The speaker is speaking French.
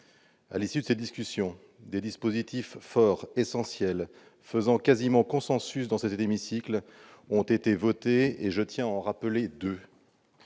Au cours de cette discussion, des dispositifs forts, essentiels, qui font quasiment consensus dans cet hémicycle, ont été votés. Je tiens à en évoquer deux.